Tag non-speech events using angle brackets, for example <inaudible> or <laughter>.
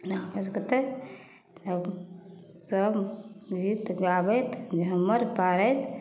<unintelligible> सब गीत गाबैत झुम्मरि पाड़ैत